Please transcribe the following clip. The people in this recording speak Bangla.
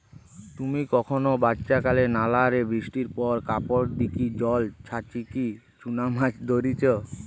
তুমি কখনো বাচ্চাকালে নালা রে বৃষ্টির পর কাপড় দিকি জল ছাচিকি চুনা মাছ ধরিচ?